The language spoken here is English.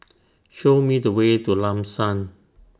Show Me The Way to Lam San